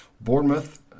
Bournemouth